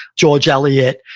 george eliot,